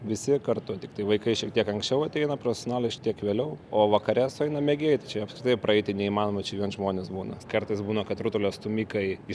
visi kartu tiktai vaikai šiek tiek anksčiau ateina profesionalai šiek tiek vėliau o vakare sueina mėgėjai čia apskritai praeiti neįmanoma čia vien žmonės būna kartais būna kad rutulio stūmikai iš